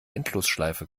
endlosschleife